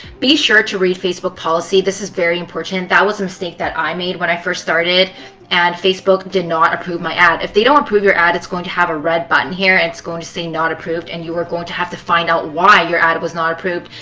be sure to read facebook policy. this is very important. that was a mistake that i made when i first started and facebook did not approve my ad. if they don't approve your ad, it's going to have a red button here and it's going to say not approved and you are going to have to find out why your ad was not approved.